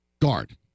guard